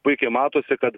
puikiai matosi kad